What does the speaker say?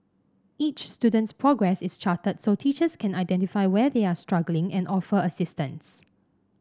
each student's progress is charted so teachers can identify where they are struggling and offer assistance